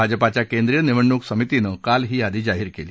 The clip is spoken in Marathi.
भाजपाच्या केंद्रीय निवडणूक समितीनं काल ही यादी जाहीर केली